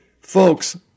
Folks